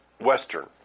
Western